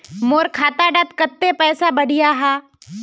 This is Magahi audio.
मोर खाता डात कत्ते पैसा बढ़ियाहा?